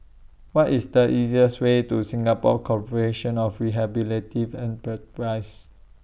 What IS The easiest Way to Singapore Corporation of